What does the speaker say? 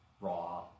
raw